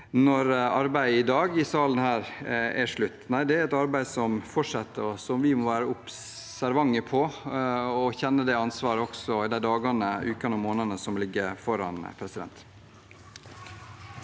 når arbeidet i salen her i dag er slutt. Nei, det er et arbeid som fortsetter, og som vi må være observante på. Vi må kjenne det ansvaret også i de dagene, ukene og månedene som ligger foran. Statsminister